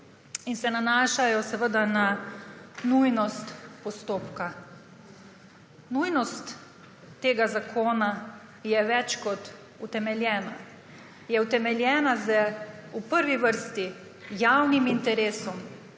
in se nanašajo na nujnost postopka. Nujnost tega zakona je več kot utemeljena. Je utemeljena v prvi vrsti z javnim interesom.